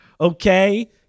okay